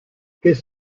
qu’est